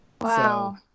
Wow